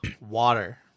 water